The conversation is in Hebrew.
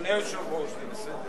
אדוני היושב-ראש, זה בסדר.